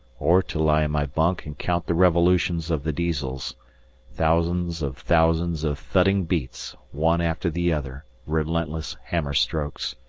or to lie in my bunk and count the revolutions of the diesels thousands of thousands of thudding beats, one after the other, relentless hammer strokes.